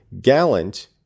gallant